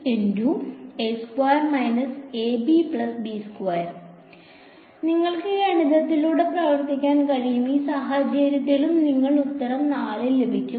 അതിനാൽ നിങ്ങൾക്ക് ഗണിതത്തിലൂടെ പ്രവർത്തിക്കാൻ കഴിയും ഈ സാഹചര്യത്തിലും നിങ്ങൾക്ക് ഉത്തരം 4 ലഭിക്കും